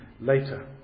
later